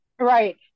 Right